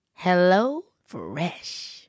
HelloFresh